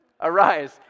Arise